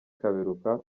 kaberuka